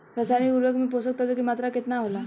रसायनिक उर्वरक मे पोषक तत्व के मात्रा केतना होला?